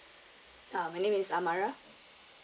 uh my name is amara